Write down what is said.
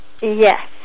Yes